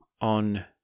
on